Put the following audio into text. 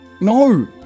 No